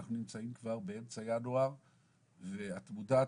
אנחנו נמצאים כבר באמצע ינואר ואת מודעת